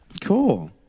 Cool